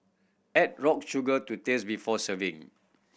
add rock sugar to taste before serving